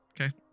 Okay